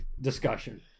discussion